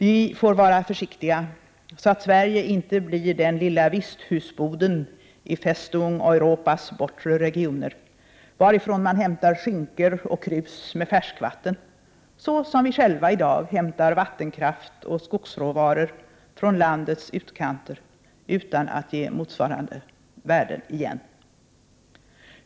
Vi får vara försiktiga så att Sverige inte blir den lilla visthusboden i ”Festung Europas” bortre regioner, varifrån man hämtar skinkor och krus med färskvatten, såsom vi själva i dag hämtar vattenkraft och skogsråvaror från landets utkanter utan att ge motsvarande värden igen.